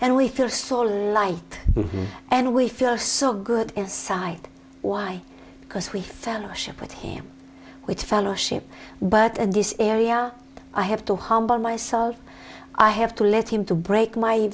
and we feel so light and we feel so good inside why because we fellowship with him with fellowship but in this area i have to humble myself i have to let him to break my